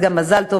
אז גם מזל טוב.